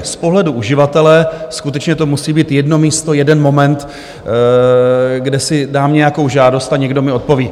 Z pohledu uživatele skutečně to musí být jedno místo, jeden moment, kde si dám nějakou žádost a někdo mi odpoví.